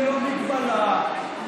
ללא מגבלה,